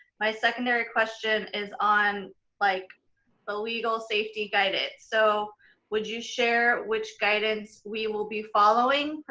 my secondary question is on like the legal safety guidance. so would you share which guidance we will be following,